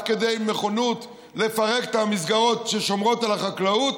עד כדי נכונות לפרק את המסגרות ששומרות על החקלאות,